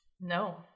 No